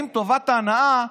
טובת ההנאה,